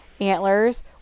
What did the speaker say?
antlers